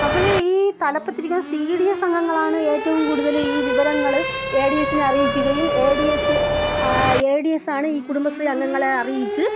അവർ ഈ തലപ്പത്തിരിക്കുന്ന C D S അംഗങ്ങളാണ് ഏറ്റവും കൂടുതൽ ഈ വിവരങ്ങൾ എ ഡി എസിനെ അറിയിക്കുകയും A D S A D എസാണ് ഈ കുടുംബശ്രീ അംഗങ്ങളെ അറിയിച്ച്